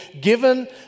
given